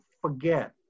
forget